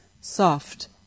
soft